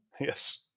Yes